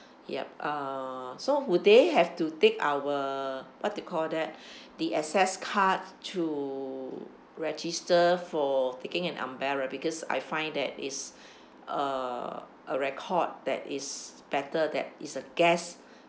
yup uh so would they have to take our what do you call that the access card to register for taking an umbrella because I find that it's uh a record that is better that it's a guest